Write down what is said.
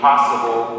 Possible